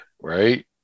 Right